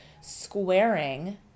squaring